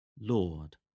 Lord